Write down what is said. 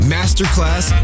Masterclass